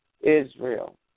Israel